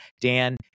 Dan